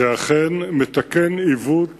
זה אכן מתקן עיוות